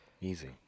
Easy